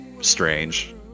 strange